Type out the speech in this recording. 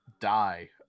die